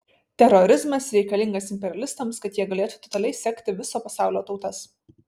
terorizmas reikalingas imperialistams kad jie galėtų totaliai sekti viso pasaulio tautas